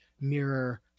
mirror